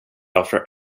after